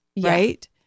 right